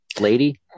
lady